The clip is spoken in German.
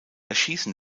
erschießen